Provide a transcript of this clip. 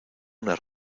una